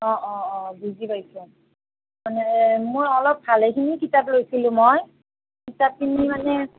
অ অ অ বুজি পাইছোঁ মানে মোৰ অলপ ভালেখিনি কিতাপ লৈছিলোঁ মই কিতাপখিনি মানে